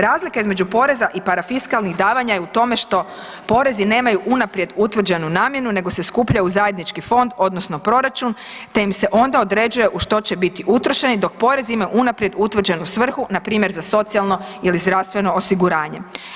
Razlika između poreza i parafiskalnih davanja je u tome što porezi nemaju unaprijed utvrđenu namjenu nego se skupljaju u zajednički fond odnosno proračun te im se onda određuje u što će biti utrošeni dok porez ima unaprijed utvrđenu npr. za socijalno ili zdravstveno osiguranje.